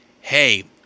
hey